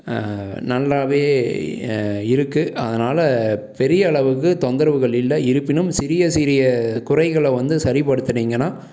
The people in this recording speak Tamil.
நல்லாவே இருக்கு அதனால் பெரிய அளவுக்கு தொந்தரவுகள் இல்லை இருப்பிணும் சிறிய சிறிய குறைகளை வந்து சரிப்படுத்துனீங்கன்னா